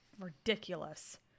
ridiculous